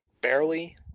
barely